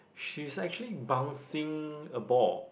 she's actually bouncing a ball